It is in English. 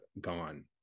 gone